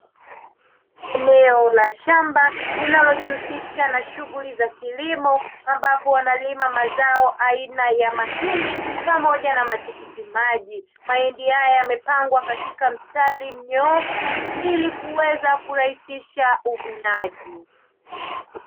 Eneo la shamba linalojihusisha na shughuli za kilimo ambapo wanalima mazao aina ya mahindi pamoja na matikiti maji. Mahindi haya yamepangwa katika mistari mnyoofu ili kuweza kurahisisha uvunaji.